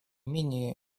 менее